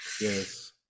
Yes